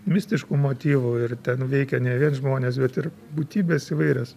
mistiškų motyvų ir ten veikia ne vien žmonės bet ir būtybės įvairios